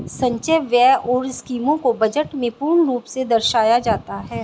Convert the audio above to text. संचय व्यय और स्कीमों को बजट में पूर्ण रूप से दर्शाया जाता है